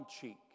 cheek